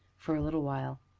for a little while.